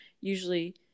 usually